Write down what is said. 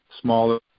smaller